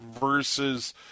versus